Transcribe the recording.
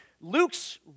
Luke's